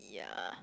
yeah